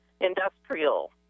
industrial